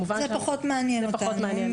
זה פחות מעניין אותנו,